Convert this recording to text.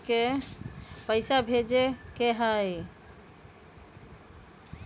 पैसा भेजे के हाइ?